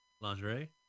Lingerie